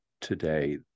today